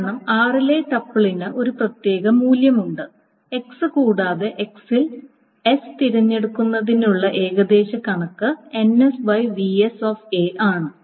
കാരണം r ലെ ടപ്പിളിന് ഒരു പ്രത്യേക മൂല്യമുണ്ട് x കൂടാതെ x ൽ s തിരഞ്ഞെടുക്കുന്നതിനുള്ള ഏകദേശ കണക്ക് ആണ്